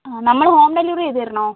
നമ്മൾ home delivery ചെയ്ത് തരണോ